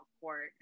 court